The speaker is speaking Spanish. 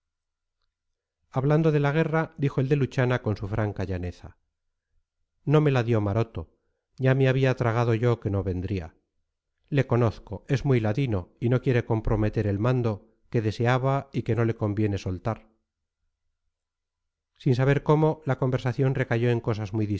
hablando de la guerra dijo el de luchana con su franca llaneza no me la dio maroto ya me había tragado yo que no vendría le conozco es muy ladino y no quiere comprometer el mando que deseaba y que no le conviene soltar sin saber cómo la conversación recayó en cosas muy